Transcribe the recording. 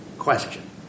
Question